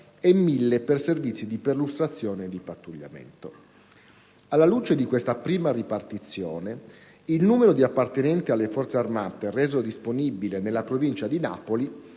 e 1.000 per servizi di perlustrazione e di pattugliamento. Alla luce di questa prima ripartizione, il numero di appartenenti alle Forze armate reso disponibile nella provincia di Napoli